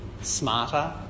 smarter